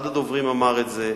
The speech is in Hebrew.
אחד הדוברים אמר את זה,